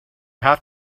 have